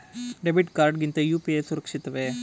Debit card ಗಿಂತ UPI ಸುರಕ್ಷಿತವೇ?